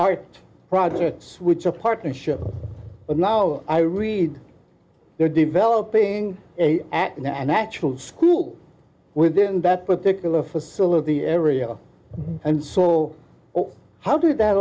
art projects which are a partnership now i read they're developing act in an actual school within that particular facility area and so how did that